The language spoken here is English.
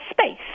space